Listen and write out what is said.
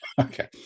Okay